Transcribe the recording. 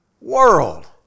World